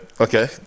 Okay